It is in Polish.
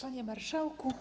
Panie Marszałku!